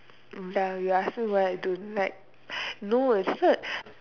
ya you ask me why I don't like no it's not